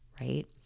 right